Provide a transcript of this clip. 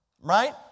right